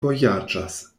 vojaĝas